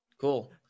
cool